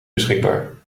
beschikbaar